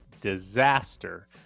disaster